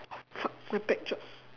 fuck my bag dropped